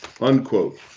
Unquote